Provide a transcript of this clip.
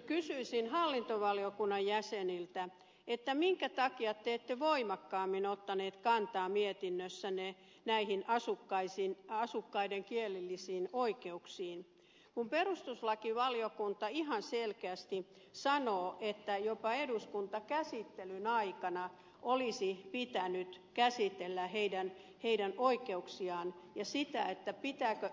nyt kysyisin hallintovaliokunnan jäseniltä minkä takia te ette voimakkaammin ottaneet kantaa mietinnössänne näihin asukkaiden kielellisiin oikeuksiin kun perustuslakivaliokunta ihan selkeästi sanoo että jopa eduskuntakäsittelyn aikana olisi pitänyt käsitellä heidän oikeuksiaan ja sitä pitääkö